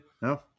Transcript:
No